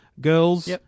girls